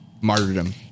martyrdom